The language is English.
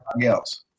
Else